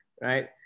right